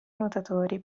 nuotatori